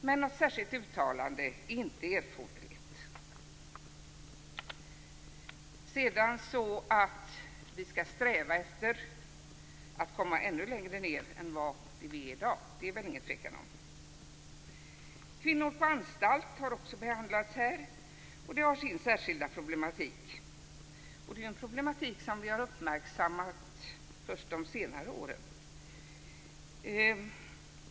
Men något särskilt uttalande är inte erforderligt. Att vi ändå skall sträva efter att nå ännu lägre än i dag är det väl ingen tvekan om. Kvinnor på anstalt har också behandlats. Det har sin särskilda problematik. Det är en problematik som vi har uppmärksammat först de senare åren.